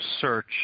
search